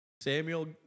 Samuel